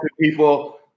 people